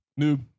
Noob